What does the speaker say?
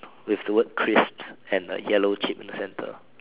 with the word crisp and a yellow chip in the center